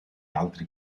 altri